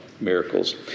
miracles